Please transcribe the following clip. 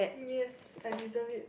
yes I deserve it